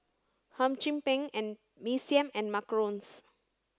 Hum Chim Peng Mee Siam and Macarons